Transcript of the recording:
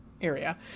area